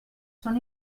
són